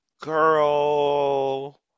Girl